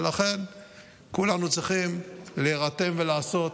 ולכן כולנו צריכים להירתם ולעשות